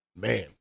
man